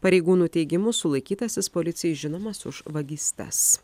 pareigūnų teigimu sulaikytasis policijai žinomas už vagystes